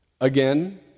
again